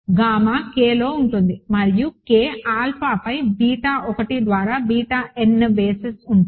gamma Kలో ఉంటుంది మరియు K ఆల్ఫాపై బీటా 1 ద్వారా బీటా n బేసిస్ ఉంటుంది